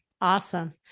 Awesome